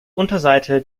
unterseite